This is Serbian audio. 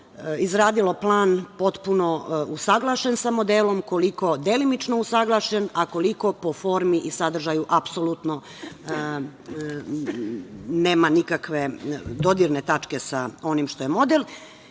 izradilo plan potpuno usaglašen sa modelom, koliko delimično usaglašen, a koliko po formi i sadržaju, apsolutno nema nikakve dodirne tačke sa onim što je